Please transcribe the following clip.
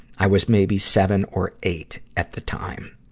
i was maybe seven or eight at the time.